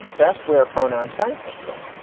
that's where pronoun can come from.